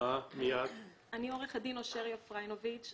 עורכת דין אושריה פריינוביץ,